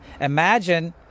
Imagine